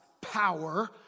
power